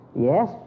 Yes